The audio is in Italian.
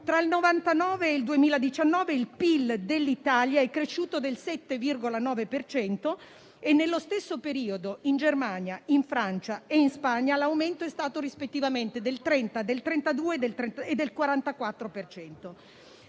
tra il 1999 e il 2019, il PIL dell'Italia è cresciuto del 7,9 per cento e, nello stesso periodo, in Germania, in Francia e in Spagna l'aumento è stato rispettivamente del 30, del 32 e del 44